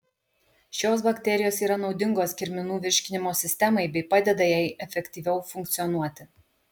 šios bakterijos yra naudingos kirminų virškinimo sistemai bei padeda jai efektyviau funkcionuoti